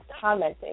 commenting